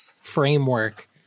framework